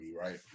right